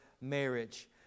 marriage